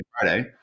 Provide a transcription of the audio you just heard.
Friday